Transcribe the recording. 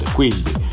quindi